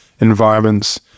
environments